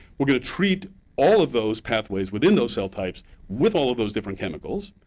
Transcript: we're going to treat all of those pathways within those cell types with all of those different chemicals,